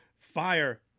fire